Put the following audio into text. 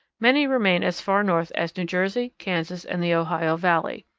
many remain as far north as new jersey, kansas, and the ohio valley.